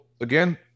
again